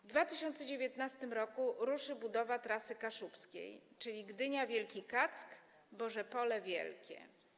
W 2019 r. ruszy budowa Trasy Kaszubskiej, czyli Gdynia - Wielki Kack - Bożepole Wielkie.